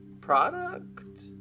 product